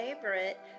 favorite